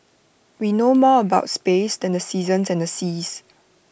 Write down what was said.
we know more about space than the seasons and the seas